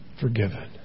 forgiven